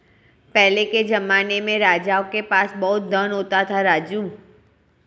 पहले के जमाने में राजाओं के पास बहुत धन होता था, राजू